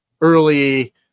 early